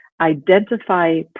identify